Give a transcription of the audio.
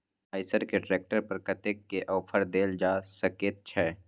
आयसर के ट्रैक्टर पर कतेक के ऑफर देल जा सकेत छै?